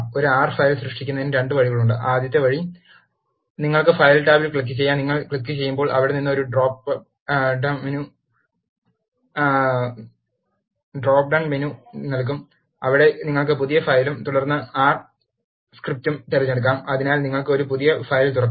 ഒരു R file സൃഷ്ടിക്കുന്നതിന് 2 വഴികളുണ്ട് ആദ്യ വഴി നിങ്ങൾക്ക് ഫയൽ ടാബിൽ ക്ലിക്കുചെയ്യാം നിങ്ങൾ ക്ലിക്കുചെയ്യുമ്പോൾ അവിടെ നിന്ന് ഒരു ഡ്രോപ്പ് ഡ menu ൺ മെനു നൽകും അവിടെ നിങ്ങൾക്ക് പുതിയ ഫയലും തുടർന്ന് ആർ സ്ക്രിപ്റ്റും തിരഞ്ഞെടുക്കാം അതിനാൽ നിങ്ങൾക്ക് ഒരു പുതിയ ഫയൽ തുറക്കും